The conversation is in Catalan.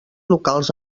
locals